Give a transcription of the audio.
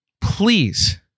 please